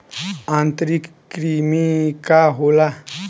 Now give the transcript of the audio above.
आंतरिक कृमि का होला?